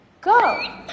go